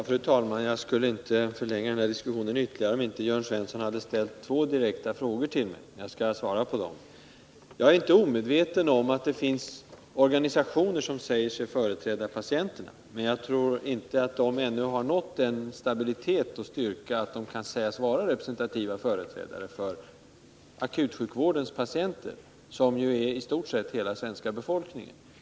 Fru talman! Jag skulle inte förlänga diskussionen ytterligare, om inte Jörn Svensson hade ställt två direkta frågor till mig. Jag skall svara på dem. Jag är inte omedveten om att det finns organisationer som säger sig representera patienterna och säkerligen gör det i bästa välmening. Men jag trorinte att de ännu har nått den stabiliteten och styrkan att de kan sägas vara 95 representativa företrädare för akutsjukvårdens patienter, som ju utgörs av i stort sett hela den svenska befolkningen.